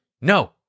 no